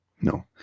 No